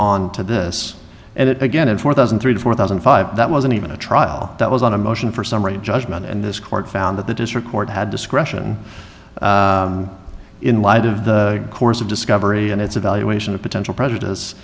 on to this and it again in four thousand three to four thousand and five that wasn't even a trial that was on a motion for summary judgment and this court found that the district court had discretion in light of the course of discovery and its evaluation of potential prejudice